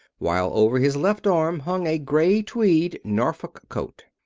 while over his left arm hung a gray tweed norfolk coat.